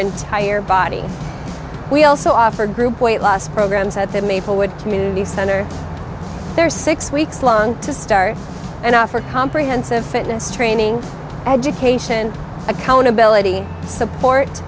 entire body we also offer group weight loss programs at the maplewood community center there are six weeks lung to start and offer comprehensive fitness training education accountability support